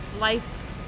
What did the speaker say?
life